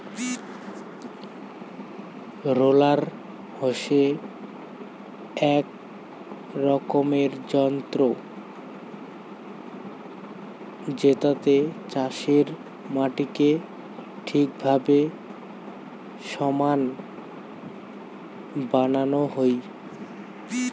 roller হসে এক রকমের যন্ত্র জেতাতে চাষের মাটিকে ঠিকভাবে সমান বানানো হই